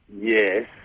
yes